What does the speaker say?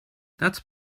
that’s